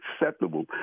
acceptable